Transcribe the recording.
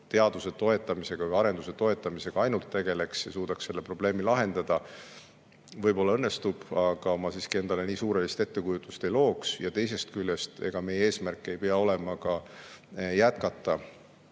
teaduse või arenduse toetamisega ainult tegeleks ja suudaks selle probleemi lahendada, võib-olla [saab tõeks], aga ma siiski endale nii suurelist ettekujutust ei looks. Teisest küljest, meie eesmärk ei pea olema [see, et]